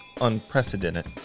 unprecedented